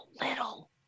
little